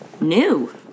new